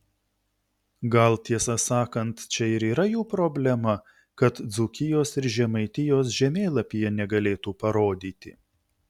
gal tiesą sakant čia ir yra jų problema kad dzūkijos ir žemaitijos žemėlapyje negalėtų parodyti